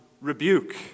rebuke